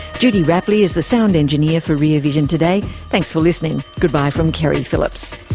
judy rapley is the sound engineer for rear vision today. thanks for listening. goodbye from keri phillips